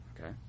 okay